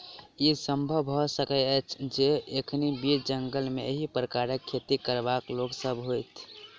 ई संभव भ सकैत अछि जे एखनो बीच जंगल मे एहि प्रकारक खेती करयबाला लोक सभ होथि